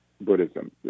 Buddhism